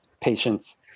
patients